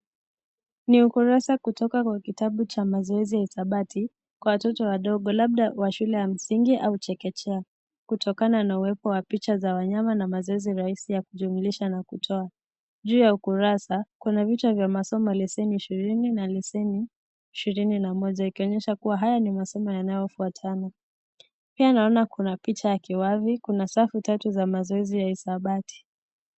Ni ukurasa kutoka kwa kitabu cha mazoezi ya hisabati kwa watoto wadogo labda wa shule ya msingi au chekechea kutokana na uwepo wa picha za wanyama na mazoezi rahisi ya kujumlisha na kutoa, juu ya ukurasa kuna vichwa vya masomo lesoni ishirini na lesoni ishirini na moja ikionyesha kuwa haya ni masomo yanayofuatana pia naona kuna picha ya viwavi, kuna ...tatu za mazoezi ya hisabati.